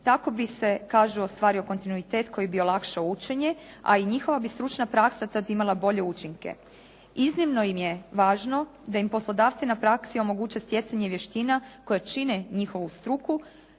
Tako bi se kažu ostvario kontinuitet koji bi olakšao učenje, a i njihova bi stručna praksa tad imala bolje učinke. Iznimno im je važno da im poslodavci na praksi omoguće stjecanje vještina koje čine njihovu struku